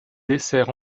dessert